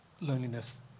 loneliness